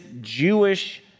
Jewish